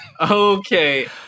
Okay